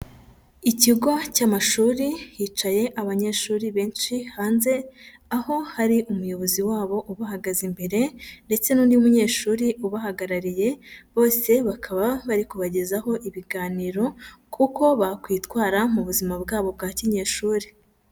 Ikigo cy'amashuri hicaye abanyeshuri benshi hanze, aho hari umuyobozi wabo ubahagaze imbere ndetse n'undi munyeshuri ubahagarariye, bose bakaba bari kubagezaho ibiganiro kuko bakwitwara mu buzima bwabo bwa kinyeshuri.